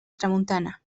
tramuntana